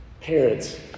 Parents